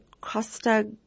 Costa